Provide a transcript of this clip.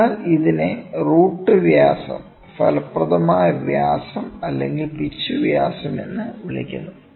അതിനാൽ ഇതിനെ റൂട്ട് വ്യാസം ഫലപ്രദമായ വ്യാസം അല്ലെങ്കിൽ പിച്ച് വ്യാസം എന്ന് വിളിക്കുന്നു